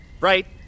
Right